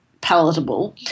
palatable